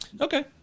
Okay